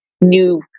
new